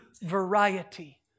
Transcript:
variety